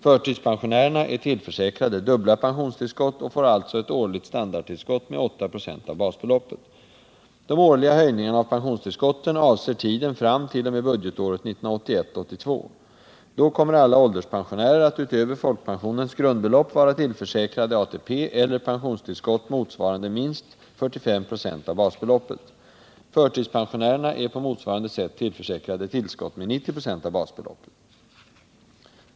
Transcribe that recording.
Förtidspensionärerna är tillförsäkrade dubbla pensionstillskott och får alltså ett årligt standardtillskott med 8 96 av basbeloppet. De årliga höjningarna av pensionstillskotten avser tiden fram t.o.m. budgetåret 1981/82. Då kommer alla ålderspensionärer att utöver folkpensionens grundbelopp vara tillförsäkrade ATP eller pensionstillskott motsvarande minst 45 96 av basbeloppet. Förtidspensionärerna är på motsvarande sätt tillförsäkrade tillskott med 90 96 av basbeloppet.